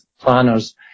planners